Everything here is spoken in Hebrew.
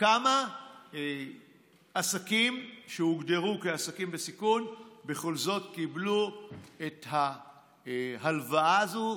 כמה עסקים שהוגדרו כעסקים בסיכון בכל זאת קיבלו את ההלוואה הזאת,